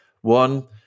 one